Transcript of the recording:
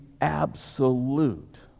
absolute